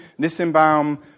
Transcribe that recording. Nissenbaum